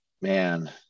man